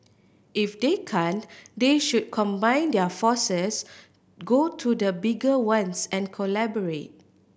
if they can't they should combine their forces go to the bigger ones and collaborate